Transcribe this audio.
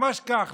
ממש כך,